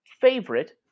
favorite